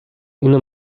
اینو